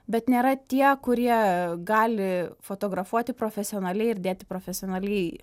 bet nėra tie kurie gali fotografuoti profesionaliai ir dėti profesionaliai